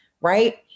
right